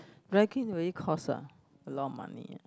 dry clean really cost uh a lot of money ah